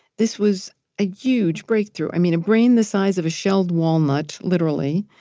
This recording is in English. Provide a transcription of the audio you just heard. this was a huge breakthrough. i mean a brain the size of a shelled walnut literally,